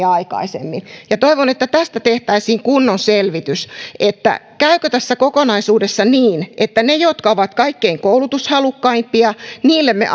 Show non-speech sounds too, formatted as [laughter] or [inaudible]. [unintelligible] aikaisemmin toivon että tästä tehtäisiin kunnon selvitys käykö tässä kokonaisuudessa niin että niille jotka ovat kaikkein koulutushalukkaimpia me [unintelligible]